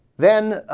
then